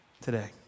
today